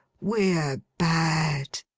we're bad